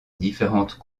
différentes